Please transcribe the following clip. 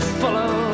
follow